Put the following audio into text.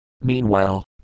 Meanwhile